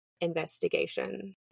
investigation